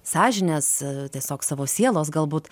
sąžinės tiesiog savo sielos galbūt